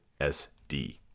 SD